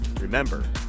Remember